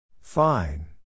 Fine